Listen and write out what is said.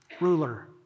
Ruler